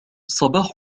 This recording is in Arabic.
صباح